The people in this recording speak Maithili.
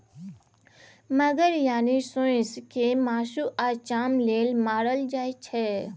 मगर यानी सोंइस केँ मासु आ चाम लेल मारल जाइ छै